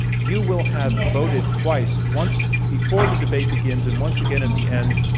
you will have voted twice, once before the debate begins and once again at the end,